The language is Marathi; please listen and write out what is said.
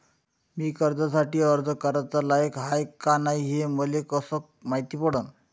मी कर्जासाठी अर्ज कराचा लायक हाय का नाय हे मले कसं मायती पडन?